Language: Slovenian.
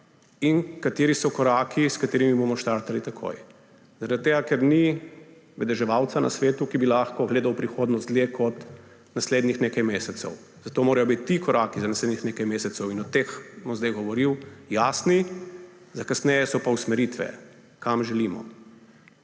in kateri so koraki, s katerimi bomo štartali takoj. Zaradi tega ker ni vedeževalca na svetu, ki bi lahko gledal v prihodnost dlje kot naslednjih nekaj mesecev. Zato morajo biti ti koraki za naslednjih nekaj mesecev – in o teh bom zdaj govoril – jasni, za kasneje so pa usmeritve, kam želimo.